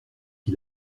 qui